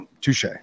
Touche